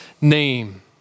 name